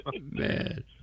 Man